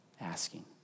asking